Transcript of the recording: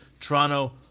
Toronto